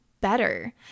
better